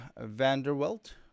Vanderwelt